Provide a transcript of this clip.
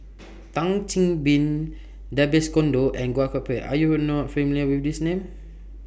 Tan Chin Chin Babes Conde and Goh Koh Pui Are YOU not familiar with These Names